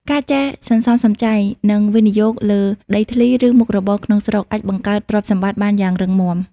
ការចេះសន្សំសំចៃ និងវិនិយោគលើដីធ្លី ឬមុខរបរក្នុងស្រុក អាចបង្កើតទ្រព្យសម្បត្តិបានយ៉ាងរឹងមាំ។